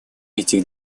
этих